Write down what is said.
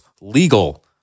legal